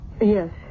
Yes